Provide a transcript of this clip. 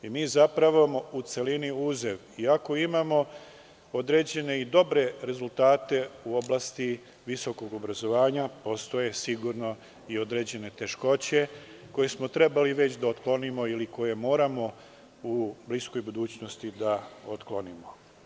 Mi zapravo, u celini uzev, iako imamo određene i dobre rezultate u oblasti visokog obrazovanja, postoje sigurno i određene teškoće koje smo trebali već da otklonimo ili koje moramo u bliskoj budućnosti da otklonimo.